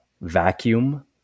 vacuum